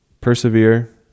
persevere